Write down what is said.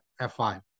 F5